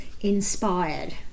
inspired